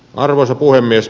arvoisa puhemies